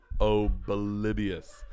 oblivious